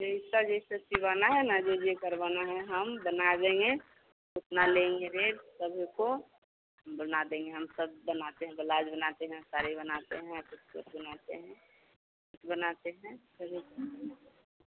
जैसा जैसा सिलवाना है न जो जो करवाना है हम बना देंगे उतना लेंगे रेट सभी को बना देंगे हम सब बनाते हैं ब्लाउज बनाते हैं साड़ी बनाते हैं या तो सूट बनाते है कुछ बनाते हैं सभी कुछ